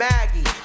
Maggie